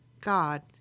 God